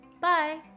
Bye